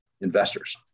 investors